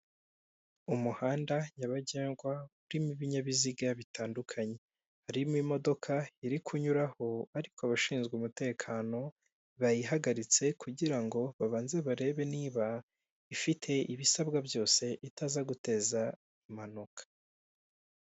Umuhanda nyabagendwa urimo ibinyabiziga bitandukanye. Harimo imodoka iri kunyuraho, ariko abashinzwe umutekano bayihagaritse kugira ngo babanze barebe niba ifite ibisabwa byose, itaza guteza impanuka.